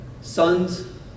sons